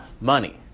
money